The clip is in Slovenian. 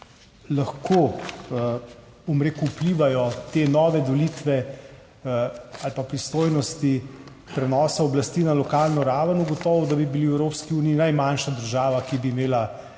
kako lahko vplivajo te nove delitve ali pa pristojnosti prenosa oblasti na lokalno raven, ugotovil, da bi bili v Evropski uniji najmanjša država, ki bi imela